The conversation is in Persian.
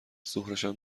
ظهرشم